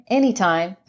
anytime